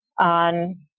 on